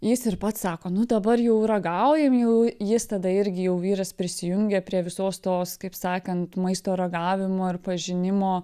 jis ir pats sako nu dabar jau ragaujam jau jis tada irgi jau vyras prisijungė prie visos tos kaip sakant maisto ragavimo ir pažinimo